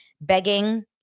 begging